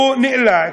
הוא נאלץ,